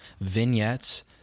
vignettes